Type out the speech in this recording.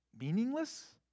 meaningless